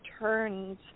turns